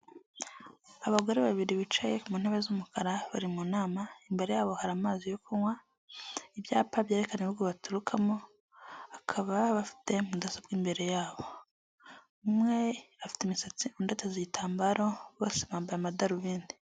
Abagore babiri bicaye ku ntebe z'umukara, bari mu nama, imbere yabo hari amazi yo kunywa, ibyapa byerekana ibihugu baturukamo, bakaba bafite mudasobwa imbere yabo, umwe afite imisatsi undi ateze igitambaro, bose bambaye amadarubindi.